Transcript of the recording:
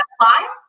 apply